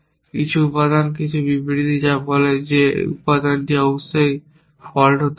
কিছু উপাদান কিছু বিবৃতি যা বলে যে এই উপাদানটি অবশ্যই ফল্ট হতে হবে